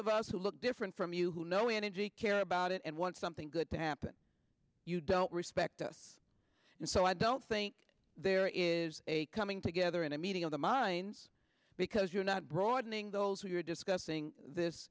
of us who look different from you who know energy care about it and want something good to happen you don't respect us and so i don't think there is a coming together in a meeting of the minds because you're not broadening the goals we are discussing this